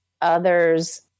others